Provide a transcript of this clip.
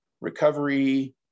recovery